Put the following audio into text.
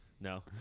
No